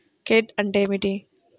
Credit అంటే ఏమిటి?